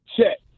Check